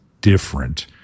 different